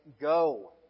go